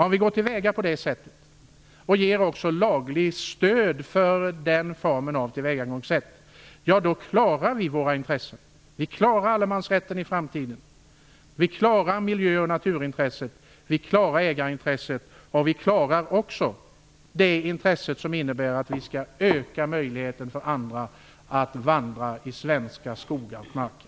Om vi går till väga på det sättet och också ger lagligt stöd för den formen av tillvägagångssätt klarar vi våra intressen i framtiden, vi klara allemansrätten, miljö och naturintressena, ägarintresset och vi kan också öka möjligheten för andra att vandra i svenska skogar och marker.